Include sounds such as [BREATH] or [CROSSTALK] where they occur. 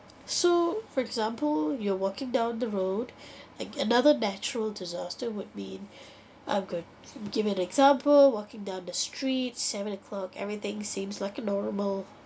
so for example you are walking down the road [BREATH] and another natural disaster would mean [BREATH] a good give an example walking down the street seven o'clock everything seems like a normal